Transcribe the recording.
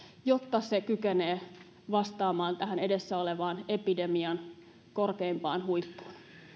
jotta se kykenee vastaamaan tähän edessä olevaan epidemian korkeimpaan huippuun